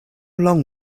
long